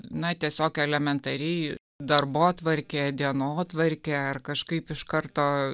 na tiesiog elementariai darbotvarkė dienotvarkė ar kažkaip iš karto